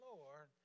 Lord